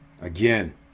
again